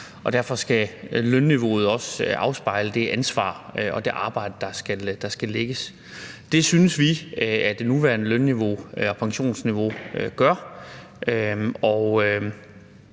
derfor skal lønniveauet også afspejle det ansvar og det arbejde, der skal lægges. Det synes vi at det nuværende løn- og pensionsniveau gør.